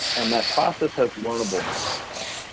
and that process has learnable aspects.